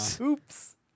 Oops